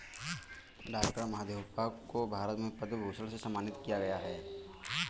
doctor Mahadevappa को भारत में पद्म भूषण से सम्मानित किया गया है